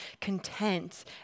content